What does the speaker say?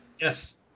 Yes